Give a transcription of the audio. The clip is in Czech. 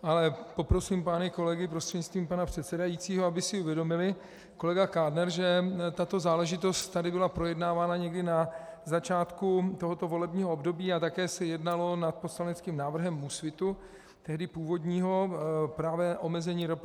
Ale poprosím pány kolegy prostřednictvím pana předsedajícího, aby si uvědomili, kolega Kádner, že tato záležitost tady byla projednávána někdy na začátku tohoto volebního období a také se jednalo nad poslaneckým návrhem Úsvitu, tehdy původního, právě o omezení RPSN.